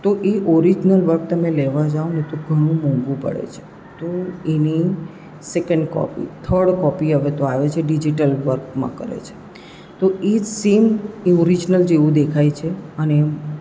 તો એ original work તમે લેવા જાઓ ને તો ઘણું મોંઘું પડે છે તો એની સેકન્ડ કોપી થર્ડ કોપી હવે તો આવે છે ડિજિટલ વર્કમાં કરે છે તો એ જ સેમ ઓરીજનલ જેવું દેખાય છે અને